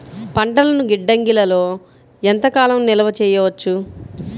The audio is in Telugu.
పంటలను గిడ్డంగిలలో ఎంత కాలం నిలవ చెయ్యవచ్చు?